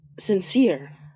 Sincere